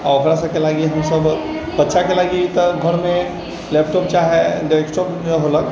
आओर ओकरा सबके लागी हमसब बच्चाके लागी तऽ घरमे लैपटॉप चाहे डेस्कटॉप भेलक